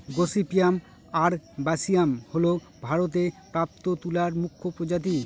gossypium আরবাসিয়াম হল ভারতে প্রাপ্ত তুলার মুখ্য প্রজাতি